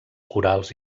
corals